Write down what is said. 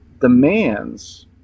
demands